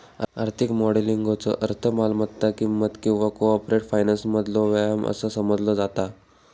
आर्थिक मॉडेलिंगचो अर्थ मालमत्ता किंमत किंवा कॉर्पोरेट फायनान्समधलो व्यायाम असा समजला जाता